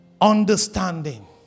Understanding